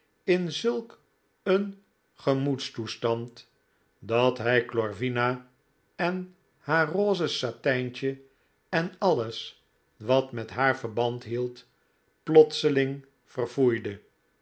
in zulk een gemoedstoestand dat hij glorvina en haar rose satijntje en alles wat met haar verband hield plotseling verfoeide